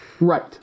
Right